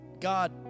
God